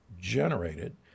generated